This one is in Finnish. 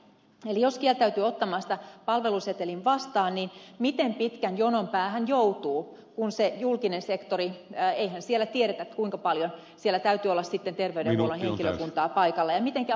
eli jos kieltäytyy ottamasta palvelusetelin vastaan niin miten pitkän jonon päähän joutuu kun eihän siellä julkisella sektorilla tiedetä kuinka paljon siellä täytyy olla sitten terveydenhuollon henkilökuntaa paikalla ja miten käy hoitotakuun